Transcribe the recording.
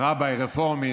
רב רפורמי,